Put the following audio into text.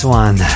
one